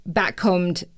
backcombed